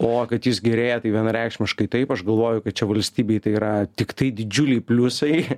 o kad jis gerėja tai vienareikšmiškai taip aš galvoju kad čia valstybei tai yra tiktai didžiuliai pliusai